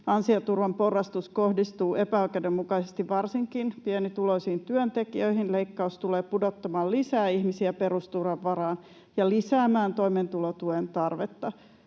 Ansioturvan porrastus kohdistuu epäoikeudenmukaisesti varsinkin pienituloisiin työntekijöihin. Leikkaus tulee pudottamaan lisää ihmisiä perusturvan varaan ja lisäämään toimeentulotuen tarvetta.